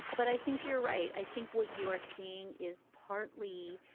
but i think you're right. i think what you are seeing is partly